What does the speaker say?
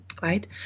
Right